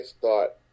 thought